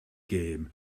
gem